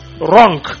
wrong